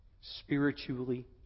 spiritually